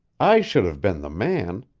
i should have been the man.